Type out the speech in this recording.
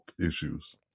issues